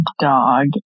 dog